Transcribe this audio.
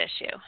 issue